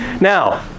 now